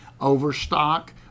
overstock